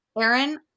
Aaron